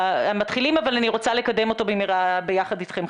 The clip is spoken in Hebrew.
אבל אני רוצה לקדם אותו במהרה ביחד איתכם,